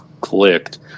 clicked